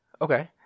Okay